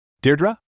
Deirdre